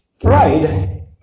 Pride